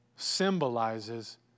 symbolizes